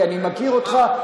כי אני מכיר אותך.